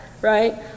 right